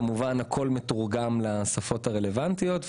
כמובן שהכול מתורגם לשפות הרלוונטיות.